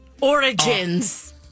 Origins